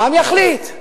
והעם יחליט.